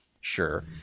sure